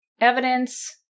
evidence